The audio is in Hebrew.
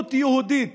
עליונות יהודית